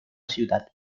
ciudad